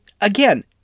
Again